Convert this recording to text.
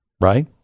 right